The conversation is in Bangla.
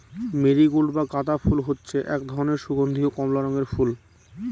মেরিগোল্ড বা গাঁদা ফুল হচ্ছে এক ধরনের সুগন্ধীয় কমলা রঙের ফুল